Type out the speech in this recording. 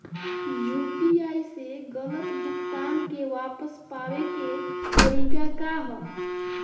UPI से गलत भुगतान के वापस पाये के तरीका का ह?